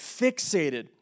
fixated